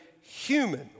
human